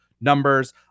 numbers